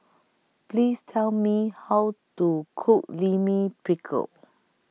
Please Tell Me How to Cook Lime Pickle